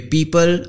People